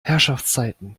herrschaftszeiten